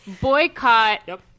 boycott